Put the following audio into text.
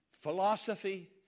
Philosophy